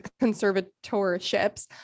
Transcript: conservatorships